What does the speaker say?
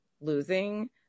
losing